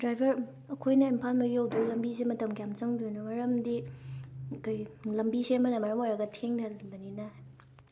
driver ꯑꯩꯈꯣꯏꯅ ꯏꯝꯐꯥꯜ ꯃꯌꯣꯜ ꯌꯧꯗꯣꯏ ꯂꯝꯕꯤꯁꯦ ꯃꯇꯝ ꯀꯌꯥꯝ ꯆꯪꯗꯣꯏꯅꯣ ꯃꯔꯝꯗꯤ ꯑꯩꯈꯣꯏꯒꯤ ꯂꯝꯕꯤ ꯁꯦꯝꯕꯅ ꯃꯔꯝ ꯑꯣꯏꯔꯒ ꯊꯦꯡꯅ ꯍꯟꯕꯅꯤꯅ